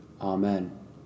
Amen